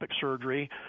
surgery